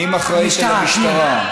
פנים אחראית למשטרה.